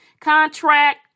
contract